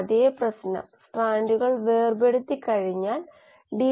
പുറത്ത് വരുന്ന B r4 എന്ന നിരക്കിൽ Dയിലേക്ക് പരിവർത്തനം ചെയ്യപ്പെടുന്നു